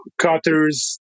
cutters